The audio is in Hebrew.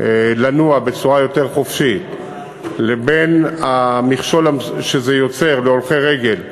לנוע בצורה יותר חופשית לבין המכשול שזה יוצר להולכי רגל,